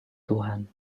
tuhan